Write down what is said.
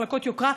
מחלקות יוקרה,